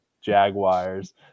Jaguars